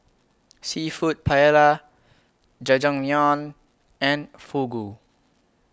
Seafood Paella Jajangmyeon and Fugu